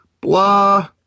blah